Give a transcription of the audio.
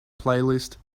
playlist